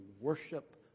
worship